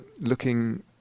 looking